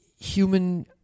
human